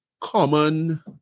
common